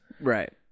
Right